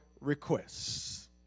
requests